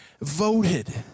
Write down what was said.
voted